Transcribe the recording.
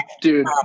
dude